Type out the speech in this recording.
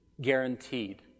guaranteed